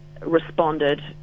responded